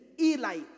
Eli